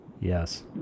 Yes